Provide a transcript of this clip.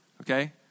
Okay